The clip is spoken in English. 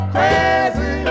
Crazy